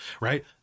right